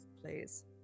please